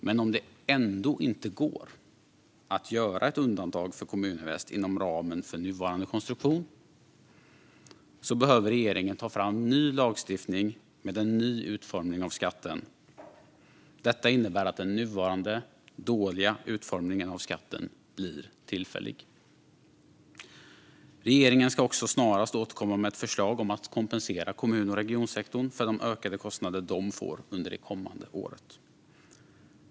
Men om det ändå inte går att göra ett undantag för Kommuninvest inom ramen för nuvarande konstruktion behöver regeringen ta fram ny lagstiftning med en ny utformning av skatten. Detta innebär att den nuvarande, dåliga, utformningen av skatten blir tillfällig. Regeringen ska också snarast återkomma med ett förslag om att kompensera kommun och regionsektorn för de ökade kostnader som de får under det kommande året.